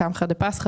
קמחא דפסחא,